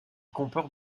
comporte